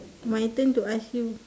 my turn to ask you